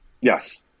Yes